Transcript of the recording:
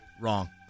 Wrong